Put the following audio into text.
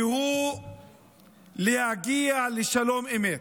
והוא להגיע לשלום אמת.